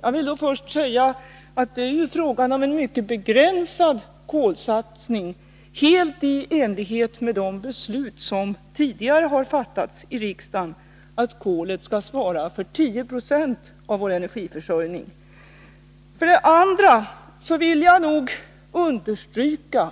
Jag vill då först säga att det är fråga om en mycket begränsad kolsatsning helt i enlighet med de beslut som tidigare har fattats av riksdagen, att kolet skall svara för 10 96 av vår energiförsörjning. Jag vill understryka